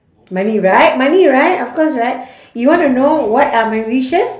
money right money right of course right you want to know what are my wishes